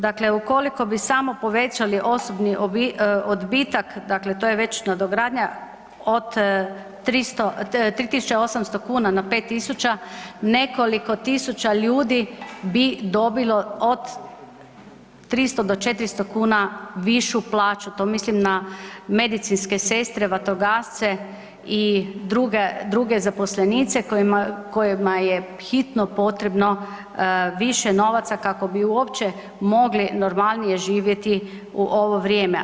Dakle, ukoliko bi samo povećali osobni odbitak dakle to je već nadogradnja od 300, 3.800 kuna na 5.000 nekoliko tisuća ljudi bi dobilo od 300 do 400 kuna višu plaću, to mislim na medicinske sestre, vatrogasce i druge, druge zaposlenice kojima je hitno potrebno više novaca kako bi uopće mogli normalnije živjeti u ovo vrijeme.